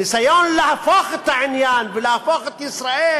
ניסיון להפוך את העניין ולהפוך את ישראל